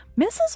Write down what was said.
Mrs